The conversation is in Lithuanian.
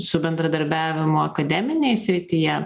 su bendradarbiavimu akademinėj srityje